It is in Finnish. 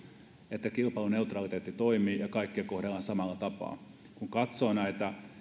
että kilpailuneutraliteetti toimii ja kaikkia kohdellaan samalla tapaa kun katsoo näitä